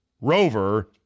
Rover